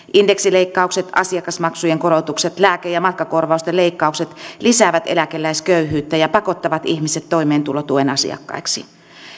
indeksileikkaukset asiakasmaksujen korotukset lääke ja matkakorvausten leikkaukset lisäävät eläkeläisköyhyyttä ja pakottavat ihmiset toimeentulotuen asiakkaiksi